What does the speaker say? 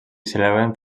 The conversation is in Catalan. celebraven